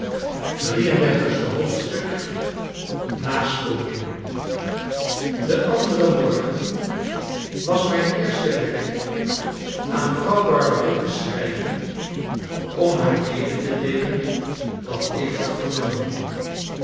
xxxiii nasporingen den anderen morgen was mijn eerste werk aan vrouw barberin te schrijven om haar mede te deelen wat ik had vernomen